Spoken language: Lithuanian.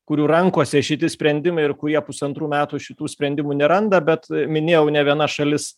kurių rankose šiti sprendimai ir kurie pusantrų metų šitų sprendimų neranda bet minėjau ne viena šalis